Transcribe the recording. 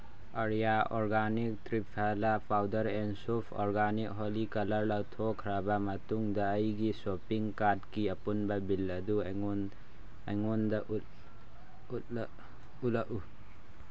Arya organic triphala powder and ꯁꯨꯐ organic Holi colour ꯂꯧꯊꯣꯛꯈ꯭ꯔꯕ ꯃꯇꯨꯡꯗ ꯑꯩꯒꯤ ꯁꯣꯄꯤꯡ ꯀꯥꯔꯠꯀꯤ ꯑꯄꯨꯟꯕ ꯕꯤꯜ ꯑꯗꯨ ꯑꯩꯉꯣꯟꯗ ꯎꯠꯂꯛꯎ